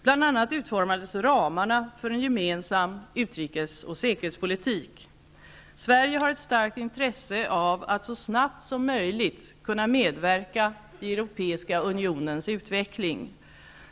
Bl.a. utformades ramarna för en gemensam utrikes och säkerhetspolitik. Sverige har ett starkt intresse av att så snabbt som möjligt kunna medverka i Europeiska unionens utveckling.